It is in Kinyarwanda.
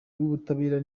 y’ubutabera